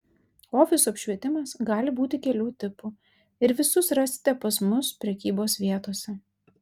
ofisų apšvietimas gali būti kelių tipų ir visus rasite pas mus prekybos vietose